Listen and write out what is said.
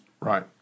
Right